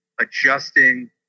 adjusting